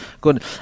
good